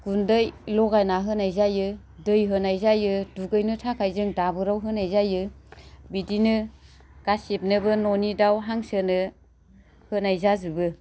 गुन्दै लगायनानै होनाय जायो दै होनाय जायो दुगैनो थाखाय जों दाबोराव होनाय जायो बिदिनो गासिबनोबो न'नि दाउ हांसोनो होनाय जाजोबो